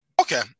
Okay